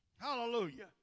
Hallelujah